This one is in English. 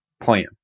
plan